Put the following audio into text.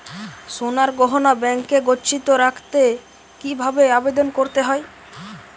সোনার গহনা ব্যাংকে গচ্ছিত রাখতে কি ভাবে আবেদন করতে হয়?